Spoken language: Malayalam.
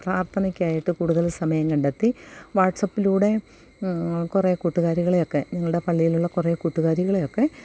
പ്രാർഥനയ്ക്കായിട്ട് കൂടുതലും സമയം കണ്ടത്തി വാട്ട്സപ്പിലൂടെ കുറേ കൂട്ടുകാരികളെയൊക്കെ ഞങ്ങളുടെ പള്ളിയിലുള്ള കുറേ കൂട്ടുകാരികളെയൊക്കെ